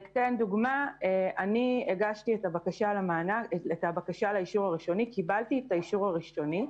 אני הגשתי את הבקשה לאישור הראשוני וקיבלתי אותו.